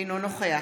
אינו נוכח